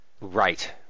Right